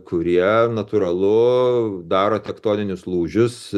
kurie natūralu daro tektoninius lūžius